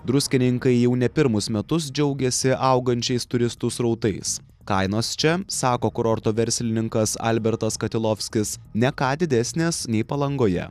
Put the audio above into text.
druskininkai jau ne pirmus metus džiaugiasi augančiais turistų srautais kainos čia sako kurorto verslininkas albertas katilovskis ne ką didesnės nei palangoje